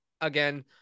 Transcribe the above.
again